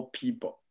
people